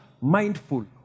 mindful